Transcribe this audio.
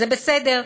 זה בסדר,